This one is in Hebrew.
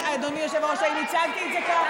רגע, אדוני היושב-ראש, האם הצגתי את זה ככה?